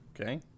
okay